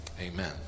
amen